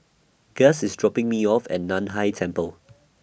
Guss IS dropping Me off At NAN Hai Temple